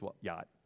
yacht